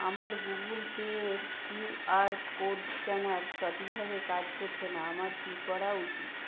আমার Google Pay এর QR code scanner সঠিকভাবে কাজ করছে না আমার কী করা উচিত